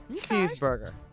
Cheeseburger